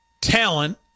talent